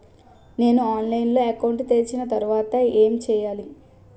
నేను ఆన్లైన్ లో అకౌంట్ తెరిచిన తర్వాత ఏం చేయాలి?